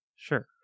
Sure